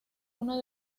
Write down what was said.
uno